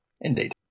Indeed